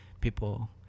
people